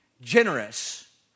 generous